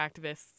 activists